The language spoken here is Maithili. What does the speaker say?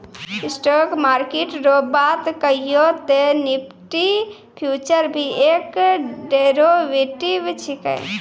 स्टॉक मार्किट रो बात कहियो ते निफ्टी फ्यूचर भी एक डेरीवेटिव छिकै